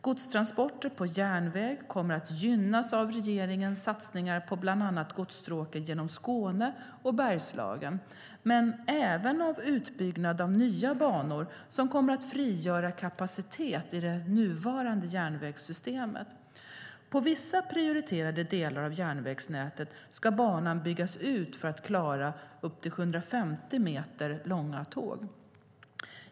Godstransporter på järnväg kommer att gynnas av regeringens satsningar på bland annat godsstråken genom Skåne och Bergslagen, men även av utbyggnad av nya banor som kommer att frigöra kapacitet i det nuvarande järnvägssystemet. På vissa prioriterade delar av järnvägsnätet ska banan byggas ut för att klara 750 meter långa tåg.